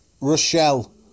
Rochelle